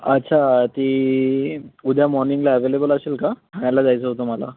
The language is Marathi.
अच्छा ती उद्या मॉर्निंगला ॲवेलेबल असेल का ठाण्याला जायचं होतं मला